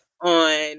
on